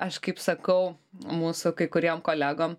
aš kaip sakau mūsų kai kuriem kolegom